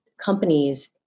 companies